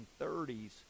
1930s